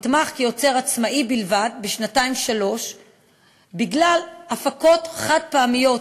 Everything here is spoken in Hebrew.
נתמך כיוצר עצמאי בלבד במשך שנתיים-שלוש בגלל הפקות חד-פעמיות,